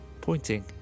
pointing